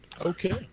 Okay